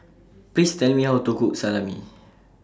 Please Tell Me How to Cook Salami